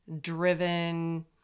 driven